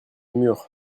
mur